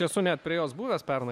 esu net prie jos buvęs pernai